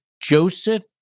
Joseph